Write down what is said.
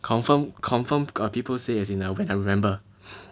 confirm confirm got people say as in when I remember